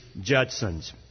Judsons